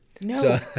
No